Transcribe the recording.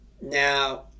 Now